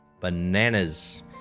Bananas